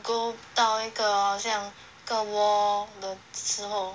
go 到一个好像个 wall 的时候